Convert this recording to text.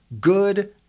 good